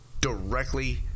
directly